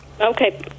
Okay